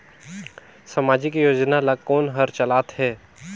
समाजिक योजना ला कोन हर चलाथ हे?